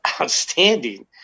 outstanding